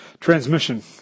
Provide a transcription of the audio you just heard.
Transmission